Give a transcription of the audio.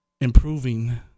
improving